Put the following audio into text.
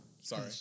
Sorry